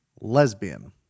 Lesbian